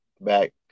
back